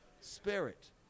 spirit